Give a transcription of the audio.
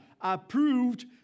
approved